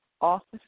office